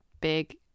big